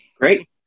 Great